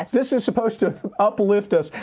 this is supposed to uplift us.